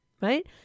right